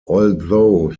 although